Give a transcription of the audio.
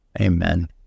Amen